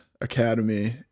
Academy